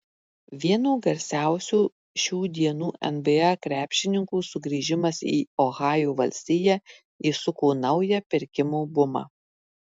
vieno garsiausių šių dienų nba krepšininkų sugrįžimas į ohajo valstiją įsuko naują pirkimo bumą